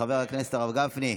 חבר הכנסת הרב גפני,